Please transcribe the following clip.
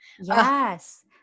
yes